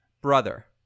brother